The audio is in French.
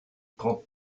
trente